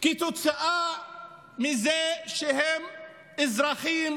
כתוצאה מזה שהם אזרחים